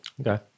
Okay